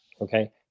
okay